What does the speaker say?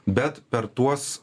bet per tuos